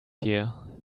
here